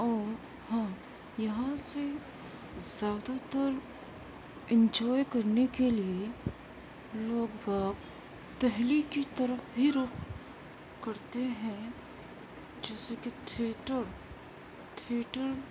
اور ہاں یہاں سے زیادہ تر انجوائے کرنے کے لیے لوگ دہلی کی طرف ہی رخ کرتے ہیں جیسے کہ ٹھیٹھر ٹھیٹھر